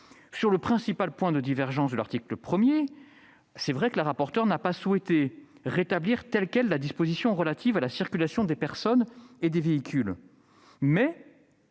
Sur le principal point de divergence, à l'article 1, la rapporteure n'a pas souhaité rétablir telle quelle la disposition relative à la circulation des personnes et des véhicules.